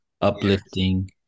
uplifting